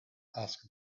asked